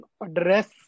address